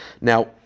Now